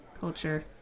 culture